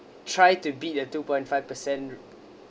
try to beat the two point five per cent